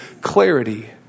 clarity